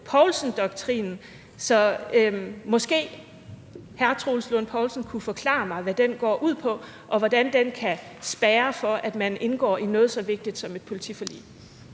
Poulsen-doktrinen. Så måske hr. Troels Lund Poulsen kunne forklare mig, hvad den går ud på, og hvordan den kan spærre for, at man indgår i noget så vigtigt som et politiforlig.